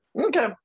okay